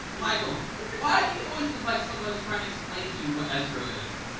michael. why do you always look like someone's trying to explain to you what escrow is?